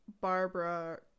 Barbara